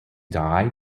drei